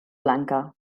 blanca